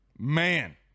Man